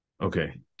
Okay